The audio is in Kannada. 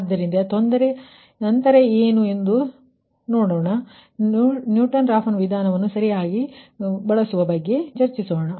ಆದ್ದರಿಂದ ತೊ0ದರೆಯ ನಂತರ ಏನು ಎಂದು ನಂತರ ನೋಡೋಣ ಮೊದಲು ನೀವು ನ್ಯೂಟನ್ ರಾಫ್ಸನ್ ವಿಧಾನದ ಬಗ್ಗೆ ಚರ್ಚಿಸೋಣ